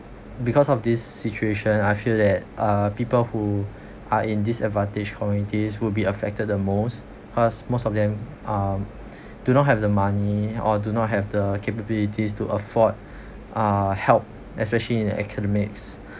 because of this situation i'm sure that uh people who are in disadvantage communities would be affected the most cause most of them um do not have the money or do not have the capability to afford uh help especially in academics